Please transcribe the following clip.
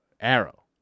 arrow